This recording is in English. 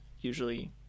usually